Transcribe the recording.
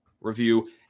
review